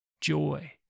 joy